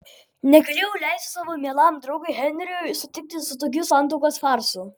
negalėjau leisti savo mielam draugui henriui sutikti su tokiu santuokos farsu